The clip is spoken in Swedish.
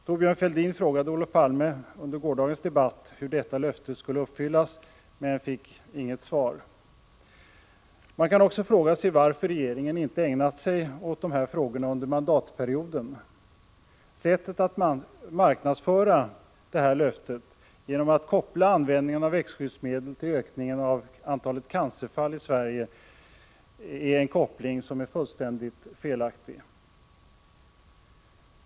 Thorbjörn Fälldin frågade Olof Palme under gårdagens debatt hur detta löfte skulle uppfyllas, men fick inget svar. Man kan också fråga sig varför regeringen inte ägnat sig åt dessa frågor under mandatperioden. Socialdemokraterna marknadsförde det här löftet genom att koppla användningen av växtskyddsmedel till ökningen av antalet cancerfall i Sverige. En sådan koppling är fullständigt felaktig.